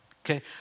Okay